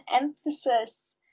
emphasis